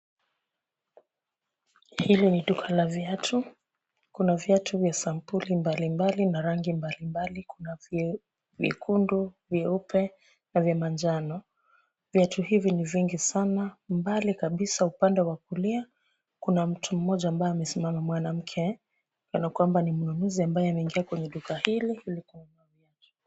Hili ni duka la viatu, kuna viatu vya sampuli mbalimbali na rangi mbalimbali. Kuna vyekundu, vyeupe na vya manjano. Viatu hivi ni vingi sana. Mbali kabisa upande wa kulia, kuna mtu mmoja ambaye amesimama mwanamke kana kwamba ni mnunuzi ambaye ameingia kwenye duka hili.